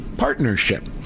partnership